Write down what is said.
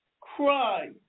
cry